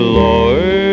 lord